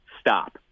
stop